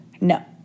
No